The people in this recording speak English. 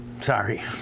Sorry